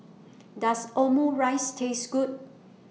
Does Omurice Taste Good